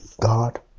God